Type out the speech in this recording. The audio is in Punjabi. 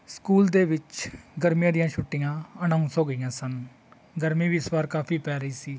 ਸਕੂਲ ਦੇ ਵਿੱਚ ਗਰਮੀਆਂ ਦੀਆਂ ਛੁੱਟੀਆਂ ਅਨਾਊਸ ਹੋ ਗਈਆਂ ਸਨ ਗਰਮੀ ਵੀ ਇਸ ਵਾਰ ਕਾਫੀ ਪੈ ਰਹੀ ਸੀ